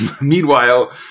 Meanwhile